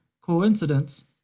coincidence